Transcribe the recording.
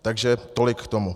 Takže tolik k tomu.